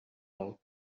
futbol